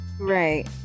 right